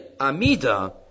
Amida